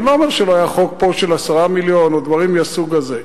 אני לא אומר שלא היה פה חוק של 10 מיליון או דברים מהסוג הזה.